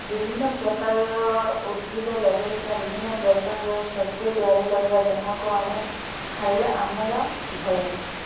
ବିଭିନ୍ନ ପ୍ରକାରର ଉଦ୍ଭିଦ ଲଗାଇକରି ନା ବିଭିନ୍ନ ପ୍ରକାରର ସବଜି ତିଆରି କରିବା ଯାହାକୁ ଆମେ ଖାଇଲେ ଆମର ଭଲ